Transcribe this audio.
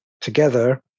together